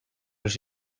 los